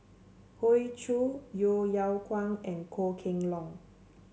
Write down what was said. Hoey Choo Yeo Yeow Kwang and Goh Kheng Long